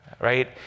right